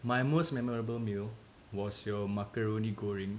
my most memorable meal was your macaroni goreng